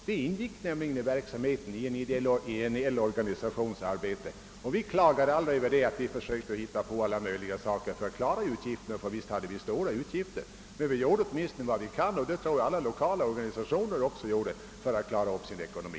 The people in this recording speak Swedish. Det ingick nämligen i verksamheten i en ideell organisation, och vi klagade aldrig över detta, utan vi försökte hitta på alla möjliga saker för att kunna betala utgifterna — och visst hade vi stora utgifter! Men vi gjorde åtminstone vad vi kunde, och det tror jag alla lokala organisationer också gjorde, för att klara upp vår ekonomi.